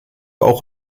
auch